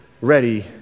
ready